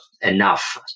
enough